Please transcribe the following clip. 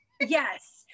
yes